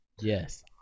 Yes